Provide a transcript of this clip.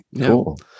Cool